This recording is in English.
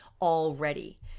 Already